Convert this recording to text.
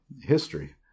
history